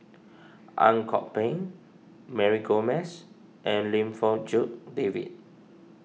Ang Kok Peng Mary Gomes and Lim Fong Jock David